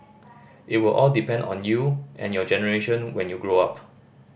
it will all depend on you and your generation when you grow up